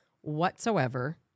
whatsoever